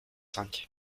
cinq